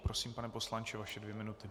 Prosím, pane poslanče, vaše dvě minuty.